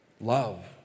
Love